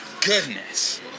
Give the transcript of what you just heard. goodness